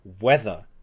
Weather